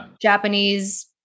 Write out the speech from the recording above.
Japanese